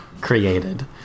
created